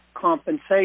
compensation